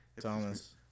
Thomas